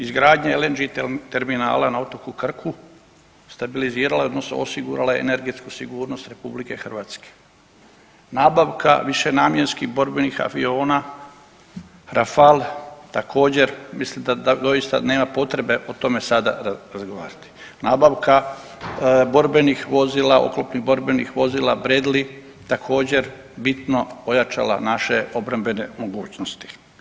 Izgradnja LNG terminala na otoku Krku, stabilizirala odnosno osigurala energetsku sigurnost RH, nabavka višenamjenskih borbenih aviona Rafal također mislim da doista nema potrebe o tome sada razgovarati, nabavka borbenih vozila, oklopnih borbenih vozila Bradley bitno ojačala naše obrambene mogućnosti.